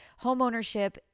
homeownership